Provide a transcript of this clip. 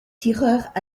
tireurs